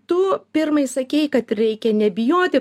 tu pirmai sakei kad reikia nebijoti